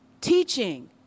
teaching